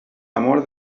amor